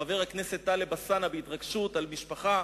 חבר הכנסת טלב אלסנאנע בהתרגשות על משפחה